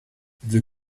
the